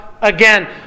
again